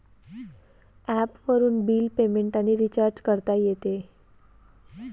ॲपवरून bill payment आणि recharge करता येते